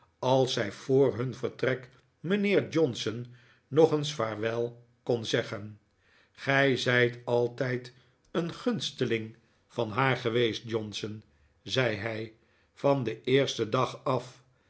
als zij voor hun vertrek mijnheer johnson nog eens vaarwel kon zeggen gij zijt altijd een gunsteling van haar geweest johnson zei hij van den eersten dag af